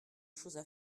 choses